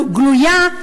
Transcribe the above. גלויה,